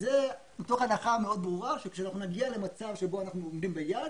וזה מתוך הנחה מאוד ברורה שכאשר נגיע למצב שבו אנחנו עומדים ביעד,